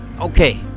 okay